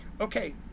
okay